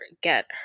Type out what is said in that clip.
get